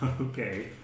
Okay